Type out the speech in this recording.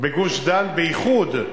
בגוש-דן בייחוד,